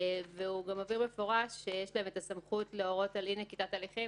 והוא גם מבהיר במפורש שיש להם סמכות להורות על אי-נקיטת הליכים,